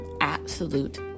absolute